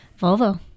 Volvo